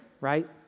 right